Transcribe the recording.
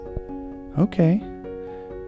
Okay